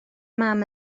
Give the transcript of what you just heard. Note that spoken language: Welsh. mam